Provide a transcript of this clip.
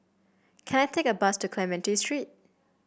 can I take a bus to Clementi Street